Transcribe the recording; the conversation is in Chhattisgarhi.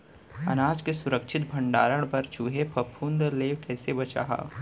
अनाज के सुरक्षित भण्डारण बर चूहे, फफूंद ले कैसे बचाहा?